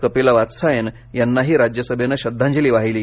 कपिला वात्स्यायन यांनाही राज्यसभेने श्रद्धांजली वाहिली